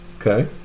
Okay